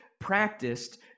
practiced